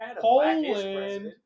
Poland